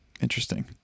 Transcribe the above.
interesting